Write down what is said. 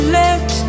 let